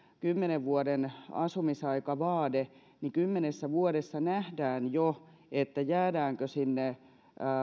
kymmenen vuoden asumisaikavaade niin kymmenessä vuodessa nähdään jo jäädäänkö sinne